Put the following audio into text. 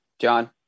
John